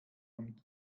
von